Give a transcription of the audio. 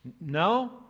No